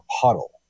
puddle